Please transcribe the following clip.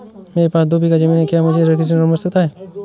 मेरे पास दो बीघा ज़मीन है क्या मुझे कृषि ऋण मिल सकता है?